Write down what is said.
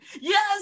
Yes